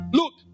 look